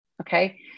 okay